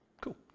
Cool